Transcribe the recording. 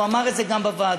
הוא אמר את זה גם בוועדה,